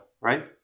right